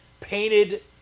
painted